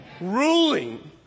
Ruling